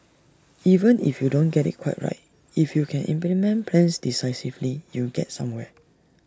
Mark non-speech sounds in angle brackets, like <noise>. <noise> even if you don't get IT quite right if you can implement plans decisively you get somewhere